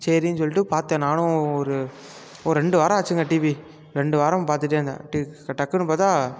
சரின்னு சொல்லிட்டு பார்த்தேன் நானும் ஒரு ஒரு ரெண்டு வாரம் ஆச்சுங்க டிவி ரெண்டு வாரம் பார்த்துட்டே இருந்தேன் டிவி டக்குன்னு பார்த்தா